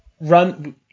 run